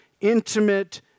intimate